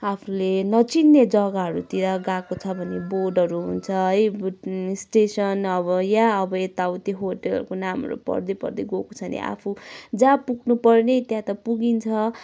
आफूले नचिन्ने जग्गाहरूतिर गएको छ भने बोर्डहरू हुन्छ है स्टेसन अब या अब यताउति होटलहरूको नामहरू पढ्दै पढ्दै गएको छ भने आफू जहाँ पुग्नुपर्ने त्यहाँ त पुगिन्छ